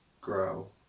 grow